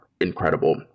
incredible